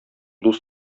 дус